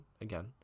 again